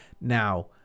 Now